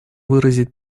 выразить